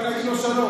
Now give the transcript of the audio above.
רק להגיד לו שלום.